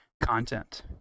content